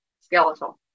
skeletal